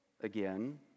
again